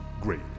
great